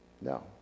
No